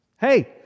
Hey